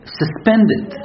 suspended